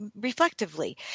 Reflectively